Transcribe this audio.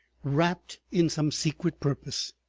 rapt in some secret purpose.